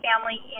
family